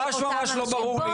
ממש לא ברור לי.